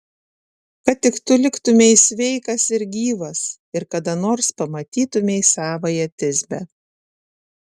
kad tik tu liktumei sveikas ir gyvas ir kada nors pamatytumei savąją tisbę